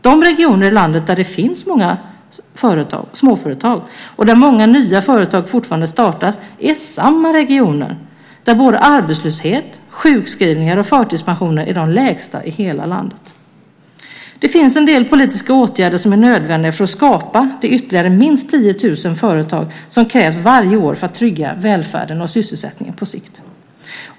De regioner i landet där det finns många småföretag och där många nya företag fortfarande startas är samma regioner där arbetslöshet, sjukskrivningar och förtidspensioner är de lägsta i hela landet. Det finns en del politiska åtgärder som är nödvändiga för att skapa de ytterligare minst 10 000 företag varje år som krävs för att trygga välfärden och sysselsättningen på sikt.